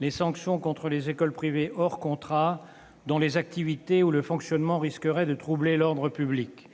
les sanctions contre les écoles privées hors contrat dont les activités ou le fonctionnement risqueraient de troubler l'ordre public.